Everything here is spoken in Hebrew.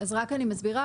אני אסביר.